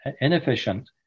inefficient